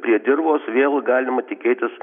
prie dirvos vėl galima tikėtis